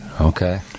Okay